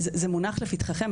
זה מונח בפתחיכם,